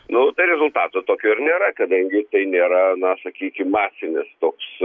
nu tai rezultato tokio ir nėra kadangi tai nėra na sakykim masinis toks